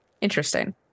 Interesting